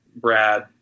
Brad